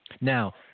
Now